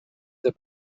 der